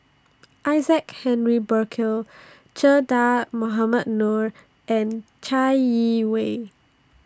Isaac Henry Burkill Che Dah Mohamed Noor and Chai Yee Wei